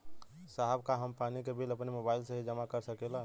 साहब का हम पानी के बिल अपने मोबाइल से ही जमा कर सकेला?